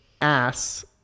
ass